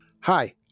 Hi